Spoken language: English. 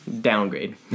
downgrade